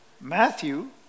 Matthew